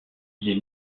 les